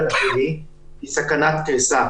פרייס,